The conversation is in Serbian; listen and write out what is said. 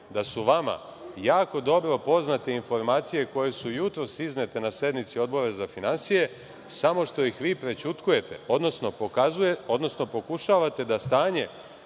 da su vama jako dobro poznate informacije koje su jutros iznete na sednici Odbora za finansije, samo što ih vi prećutkujete, odnosno pokušavate da stanje